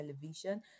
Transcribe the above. Television